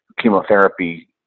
chemotherapy